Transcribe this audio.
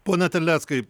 pone terleckai